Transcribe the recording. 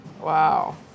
Wow